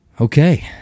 Okay